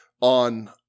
on